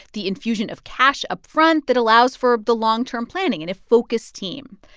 the infusion of cash up front that allows for the long-term planning and a focused team.